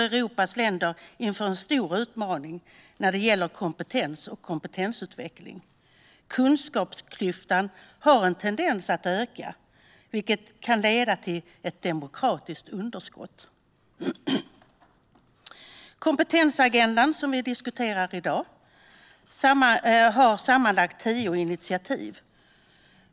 Europas länder står inför en stor utmaning när det gäller kompetens och kompetensutveckling. Kunskapsklyftan har en tendens att öka, vilket kan leda till ett demokratiskt underskott. Kompetensagendan vi diskuterar i dag har sammanlagt tio initiativ.